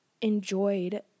enjoyed